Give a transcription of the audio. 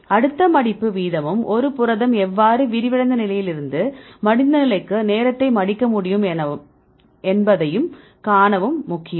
அடுத்த மடிப்பு வீதமும் ஒரு புரதம் எவ்வாறு விரிவடைந்த நிலையில் இருந்து மடிந்த நிலைக்கு நேரத்தை மடிக்க முடியும் என்பதைக் காணவும் முக்கியம்